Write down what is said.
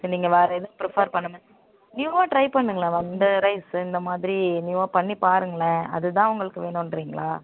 நீங்கள் வேறு எதுவும் ப்ரிஃபர் பண்ணுங்கள் நியூவாக ட்ரை பண்ணுங்களேன் மேம் இந்த ரைஸ் இந்த மாதிரி நியூவாக பண்ணிப் பாருங்களேன் அது தான் உங்களுக்கு வேணுன்றீங்களா